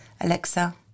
Alexa